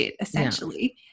essentially